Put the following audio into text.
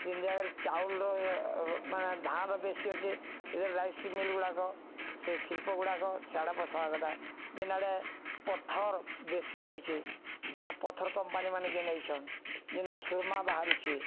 ଯେନ୍ ଜାଗାରେ ଚାଉଲର ମାନେ ଧାନର ବେଶୀ ଅଛେ ରାଇସି ମିଲ ଗୁଡ଼ାକ ସେ ଶିଳ୍ପ ଗୁଡ଼ାକ ସିଆଡ଼େ ବସବା କଥା ଯେନ୍ ଆଡ଼େ ପଥର ବେଶୀ ରହୁଛେ ମାନେ ପଥର କମ୍ପାନୀ ମାନେ ଯେନ୍ ନେଇଛନ୍ ଯେନା ସୁର୍ମା ବାହାରୁଛେ